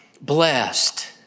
blessed